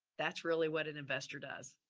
that's really what an investor does.